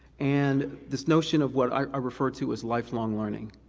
and this notion of what i refer to as lifelong learning.